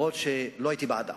אף-על-פי שלא הייתי בעדה.